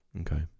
okay